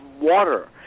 water